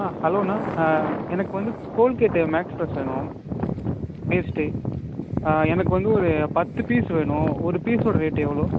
ஆ ஹலோணா எனக்கு வந்து கோல்கெட்டு மேக்ஸ் ஃப்ரெஷ் வேணும் பேஸ்ட்டு எனக்கு வந்து ஒரு பத்துப் பீஸ் வேணும் ஒரு பீஸோடய ரேட் எவ்வளோ